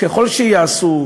ככל שייעשו,